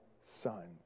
son